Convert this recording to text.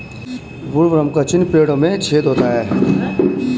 woodworm का चिन्ह पेड़ों में छेद होता है